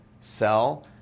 sell